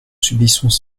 subissons